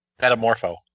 Metamorpho